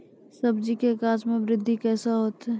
सब्जी के गाछ मे बृद्धि कैना होतै?